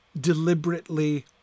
deliberately